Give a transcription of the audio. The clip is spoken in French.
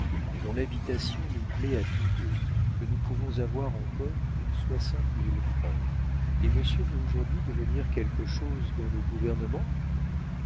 dont l'habitation nous plaît à tous deux que nous pouvons avoir encore pour soixante mille francs et monsieur veut aujourd'hui devenir quelque chose dans le gouvernement